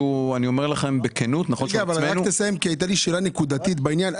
שאני אומר לכם בכנות --- הייתה לי שאלה נקודתית בעניין;